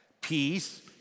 Peace